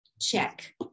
check